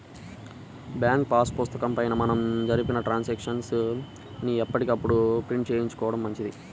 bank pass పుస్తకం పైన మనం జరిపిన ట్రాన్సాక్షన్స్ ని ఎప్పటికప్పుడు ప్రింట్ చేయించుకోడం మంచిది